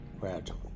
gradually